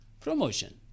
promotion